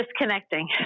disconnecting